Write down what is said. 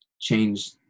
change